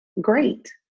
Great